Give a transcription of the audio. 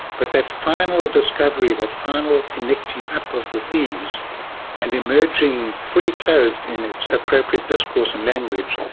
but that final discovery, that final ah connecting up of the themes and emerging fully clothed in its appropriate discourse and language,